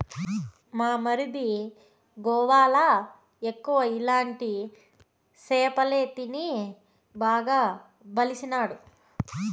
మా మరిది గోవాల ఎక్కువ ఇలాంటి సేపలే తిని బాగా బలిసినాడు